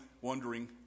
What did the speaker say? wondering